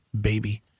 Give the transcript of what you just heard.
baby